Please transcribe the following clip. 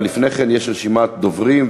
אבל לפני כן, יש רשימת דוברים.